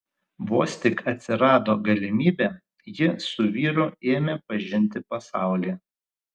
vos tik atsirado galimybė ji su vyru ėmė pažinti pasaulį